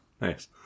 Nice